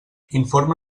informa